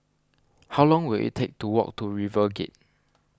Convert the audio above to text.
how long will it take to walk to RiverGate